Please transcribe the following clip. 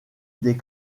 des